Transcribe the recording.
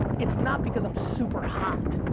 it's not because i'm super hot.